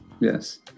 Yes